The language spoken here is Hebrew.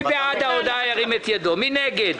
מי נגד?